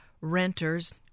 renter's